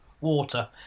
Water